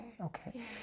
okay